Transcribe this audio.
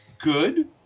good